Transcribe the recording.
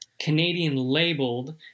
Canadian-labeled